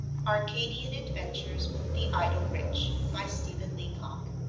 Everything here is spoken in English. arcadian adventures with the idle rich by stephen leacock,